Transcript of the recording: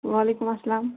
وَعلیکُم اَلسَلام